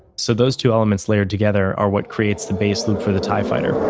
so those two elements layered together are what creates the base loop for the tie fighter